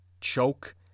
choke